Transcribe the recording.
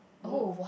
oh